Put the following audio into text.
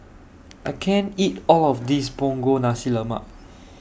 I can't eat All of This Punggol Nasi Lemak